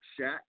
Shaq